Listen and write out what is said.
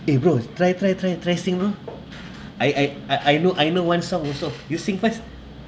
eh bro try try try try sing lor I I uh I know I know one song also you sing first